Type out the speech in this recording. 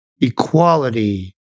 equality